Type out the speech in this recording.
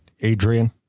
adrian